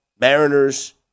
Mariners